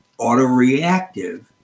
autoreactive